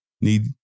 need